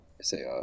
say